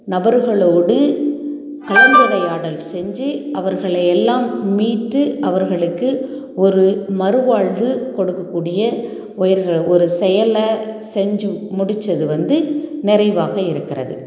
நபர்களோடு கலந்துரையாடல் செஞ்சு அவர்களை எல்லாம் மீட்டு அவர்களுக்கு ஒரு மறுவாழ்வு கொடுக்கக்கூடிய ஒரு செயலை செஞ்சு முடித்தது வந்து நிறைவாக இருக்கிறது